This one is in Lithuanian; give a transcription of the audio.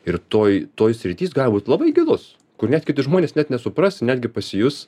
ir toj toj srity jis gali būt labai gilus kur net kiti žmonės net nesupras netgi pasijus